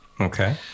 Okay